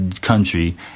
country